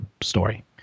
story